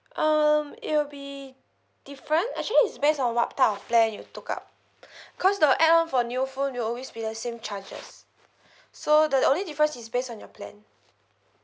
um it will be different actually is based on what type of plan you took up cause the add on for new phone will always be the same charges so the only difference is based on your plan